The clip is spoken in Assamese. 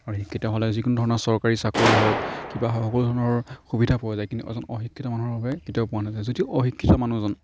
আৰু শিক্ষিত হ'লে যিকোনো ধৰণৰ চৰকাৰী চাকৰি হওঁক কিবা হওঁক সকলো ধৰণৰ সুবিধা পোৱা যায় কিন্তু এজন অশিক্ষিত মানুহৰ বাবে কেতিয়াও পোৱা নাযায় যদিও অশিক্ষিত মানুহজন